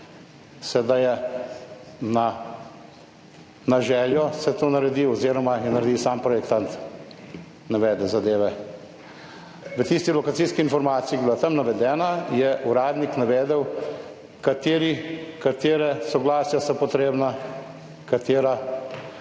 sedaj je na, na željo se to naredi oziroma jo naredi sam projektant, navede zadeve. V tisti lokacijski informaciji, ki je bila tam navedena, je uradnik navedel, kateri, katera soglasja so potrebna, katera,